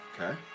Okay